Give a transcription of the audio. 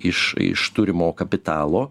iš iš turimo kapitalo